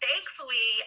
Thankfully